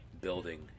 building